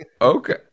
Okay